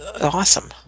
awesome